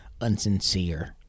unsincere